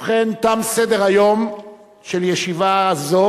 ובכן, תם סדר-היום של ישיבה זו